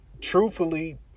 truthfully